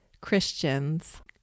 Christians